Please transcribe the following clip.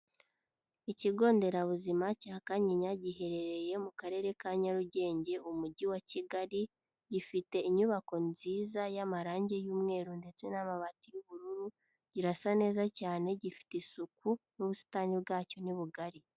Ikigo nderabuzima cya Kanyinya giherereye mu karere ka Nyarugenge umujyi wa Kigali, gifite inyubako nziza y'amarange y'umweru ndetse n'amabati y'ubururu, kirasa neza cyane gifite isuku n'ubusitani bwacyo ni bugari.